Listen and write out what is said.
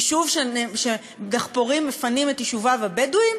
יישוב שדחפורים מפנים את תושביו הבדואים